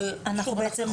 אבל אנחנו יכולים להתאים.